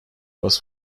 was